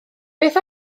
beth